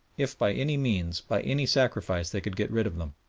if by any means, by any sacrifice, they could get rid of them.